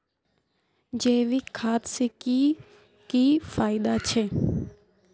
जैविक खाद से की की फायदा छे?